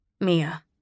Mia